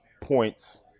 points